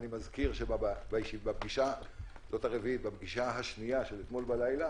ואני מזכיר בפגישה השנייה של אתמול בלילה,